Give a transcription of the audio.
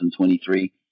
2023